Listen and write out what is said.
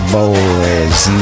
Boys